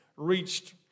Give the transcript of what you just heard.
reached